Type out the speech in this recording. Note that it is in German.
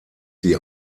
sie